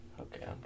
Okay